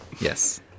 Yes